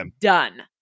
Done